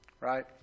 right